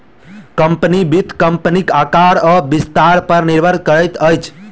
company, वित्त कम्पनीक आकार आ विस्तार पर निर्भर करैत अछि